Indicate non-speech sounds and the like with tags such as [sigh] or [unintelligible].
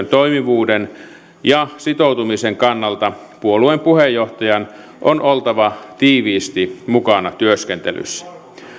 [unintelligible] toimivuuden ja sitoutumisen kannalta puolueen puheenjohtajan on oltava tiiviisti mukana työskentelyssä